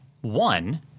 one